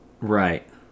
right